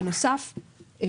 בנוסף,